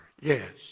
Yes